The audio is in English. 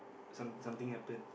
some something happened